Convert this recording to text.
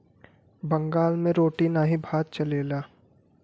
बंगाल मे रोटी नाही भात चलेला